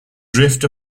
drift